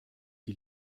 die